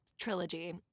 trilogy